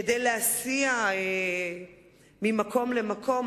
כדי להסיעו ממקום למקום.